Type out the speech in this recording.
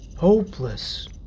Hopeless